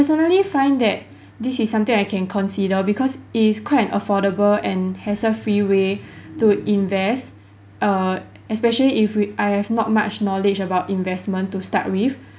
suddenly find that this is something I can consider because it is quite an affordable and hassle-free way to invest err especially if we I have not much knowledge about investment to start with